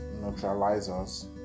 neutralizers